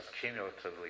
cumulatively